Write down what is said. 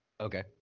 Okay